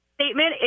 statement